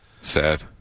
Sad